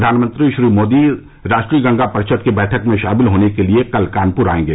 प्रधानमंत्री श्री मोदी राष्ट्रीय गंगा परिषद की बैठक में शामिल होने के लिए कल कानपुर आएंगे